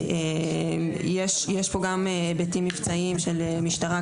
יש פה גם היבטים מבצעיים של משטרה,